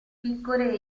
piccole